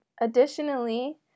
Additionally